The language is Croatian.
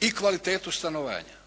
i kvalitetu stanovanja.